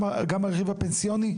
גם הרכיב הפנסיוני?